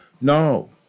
No